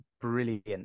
brilliant